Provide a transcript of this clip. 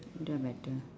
don't matter